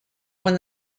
when